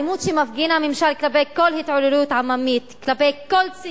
האלימות שמפגין הממשל כלפי כל התעוררות אמיתית,